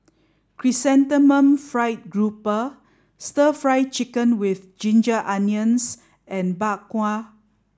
Chrysanthemum Fried Garoupa Stir Fry Chicken with Ginger Onions and Bak Kwa